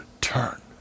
turn